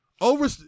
over